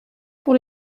pour